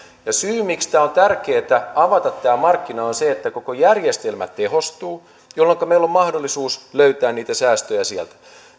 ja syy miksi on tärkeää avata tämä markkina on se että koko järjestelmä tehostuu jolloinka meillä on mahdollisuus löytää niitä säästöjä sieltä